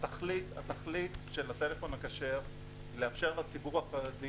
התכלית של הטלפון הכשר היא לאפשר לציבור החרדי